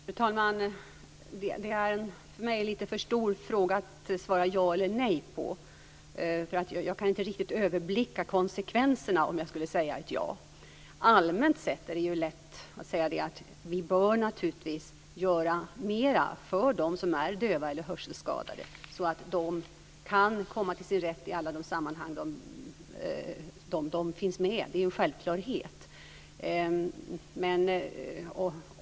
Fru talman! Det är en för mig lite för stor fråga att svara ja eller nej på. Jag kan inte riktigt överblicka konsekvenserna om jag skulle säga ja. Allmänt sett är det lätt att säga att vi naturligtvis bör göra mer för dem som är döva eller hörselskadade, så att de kan komma till sin rätt i alla de sammanhang de finns med i. Det är en självklarhet.